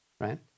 right